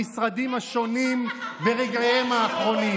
במשרדיהם השונים ברגעיהם האחרונים.